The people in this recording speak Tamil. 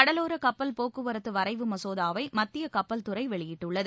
கடலோர கப்பல் போக்குவரத்து வரைவு மசோதாவை மத்திய கப்பல்துறை வெளியிட்டுள்ளது